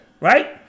Right